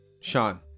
sean